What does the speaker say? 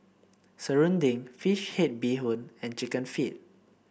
Serunding fish head Bee Hoon and chicken feet